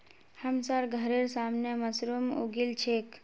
हमसार घरेर सामने मशरूम उगील छेक